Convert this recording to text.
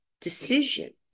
decision